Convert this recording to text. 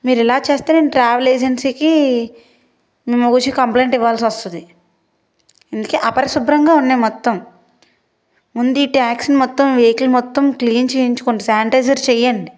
మీరిలా చేస్తే నేను ట్రావెల్ ఏజెన్సీకి మిమ్మ గురించి కంప్లయింట్ ఇవ్వాల్సొస్తుంది అందుకే అపరిశుభ్రంగా ఉన్నాయి మొత్తం ముందీ ట్యాక్సీని మొత్తం వెహికల్ మొత్తం క్లీన్ చేయించుకొని శానిటైజర్ చెయ్యండి